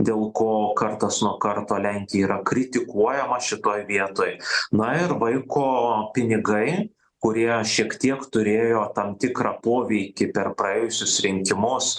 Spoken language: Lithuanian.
dėl ko kartas nuo karto lenkija yra kritikuojama šitoj vietoj na ir vaiko pinigai kurie šiek tiek turėjo tam tikrą poveikį per praėjusius rinkimus